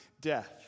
death